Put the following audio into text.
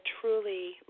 truly